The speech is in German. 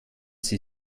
sie